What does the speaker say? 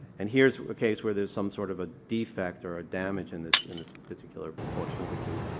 and here's a case where there's some sort of a defect or a damage in this in this particular portion of the groove.